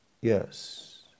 yes